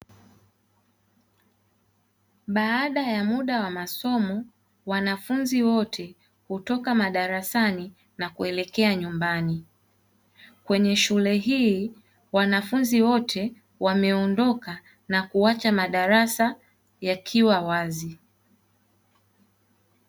Baada ya muda wa masomo wanafunzi wote hutoka madarasani na kuelekea nyumbani, kwenye shule hii wanafunzi wote wameondoka na kuacha madarasa yakiwa wazi.